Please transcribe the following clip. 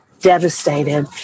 devastated